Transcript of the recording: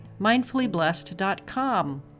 mindfullyblessed.com